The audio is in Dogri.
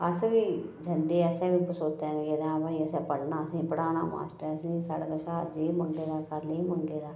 अस बी जंदे असें बी बसोतें गी हां भई असें पढ़ना असें पढ़ाना मास्टरै असेंगी साढ़ा कशा एह् मंगना कल एह् मंगे दा